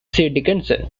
dickinson